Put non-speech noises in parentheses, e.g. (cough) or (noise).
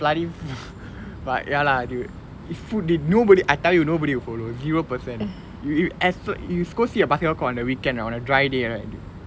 (noise) but ya lah dude is full nodody I tell you nobody will follow I tell you zero percent you you as you go see a basketball on a weekend on a day day right